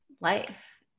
life